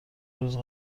روز